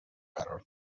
قرار